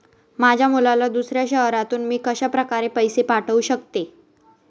माझ्या मुलाला दुसऱ्या शहरातून मी कशाप्रकारे पैसे पाठवू शकते?